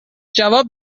جواب